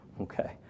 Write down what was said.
Okay